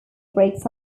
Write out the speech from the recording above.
breaks